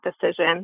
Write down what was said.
decision